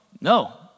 no